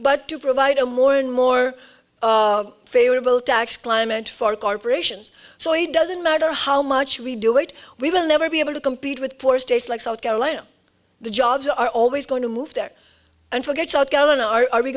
but to provide a more and more favorable tax climate for corporations so it doesn't matter how much we do it we will never be able to compete with poor states like south carolina the jobs are always going to move there and forget that gallon are